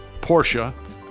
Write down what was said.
Porsche